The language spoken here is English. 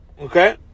Okay